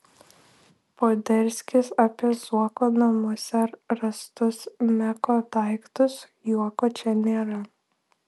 poderskis apie zuoko namuose rastus meko daiktus juoko čia nėra